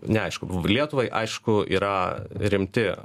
neaišku lietuvai aišku yra rimti